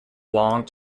long